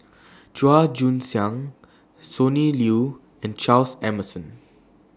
Chua Joon Siang Sonny Liew and Charles Emmerson